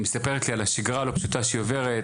היא מספרת לי על השגרה הלא פשוטה שהיא עוברת,